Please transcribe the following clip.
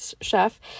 chef